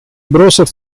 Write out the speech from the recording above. browser